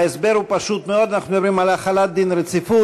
ההסבר הוא פשוט מאוד: אנחנו מדברים על החלת דין רציפות.